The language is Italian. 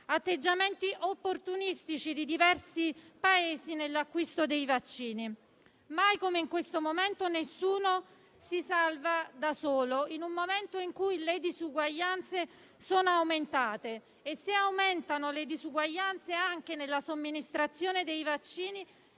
atteggiamenti opportunistici di diversi Paesi nell'acquisto dei vaccini. Mai come in questo momento nessuno si salva da solo; in un momento in cui le disuguaglianze sono aumentate, se aumentano anche quelle nella somministrazione dei vaccini,